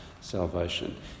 salvation